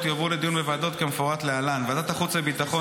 יועברו לדיון בוועדות כמפורט להלן: ועדת החוץ והביטחון